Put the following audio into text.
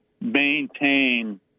maintain